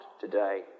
today